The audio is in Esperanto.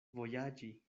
vojaĝi